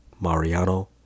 Mariano